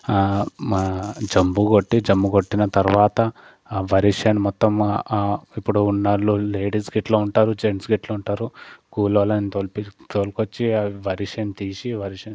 మా జంబు కొట్టి జంబు కొట్టిన తర్వాత ఆ వరిచేను మొత్తం ఇప్పుడు ఉన్న లో లేడీస్ గిట్ల ఉంటారు జెంట్స్ గిట్ల ఉంటారు కూలోళ్ళను తోల్పి తోలుకొచ్చి అవి వరిచేను తీసి వరిచేను